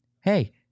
hey